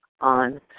on